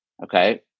Okay